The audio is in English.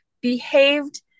behaved